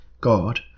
God